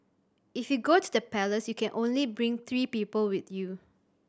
if you go to the palace you can only bring three people with you